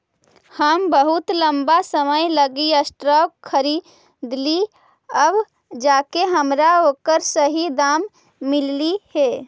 हम बहुत लंबा समय लागी स्टॉक खरीदलिअइ अब जाके हमरा ओकर सही दाम मिललई हे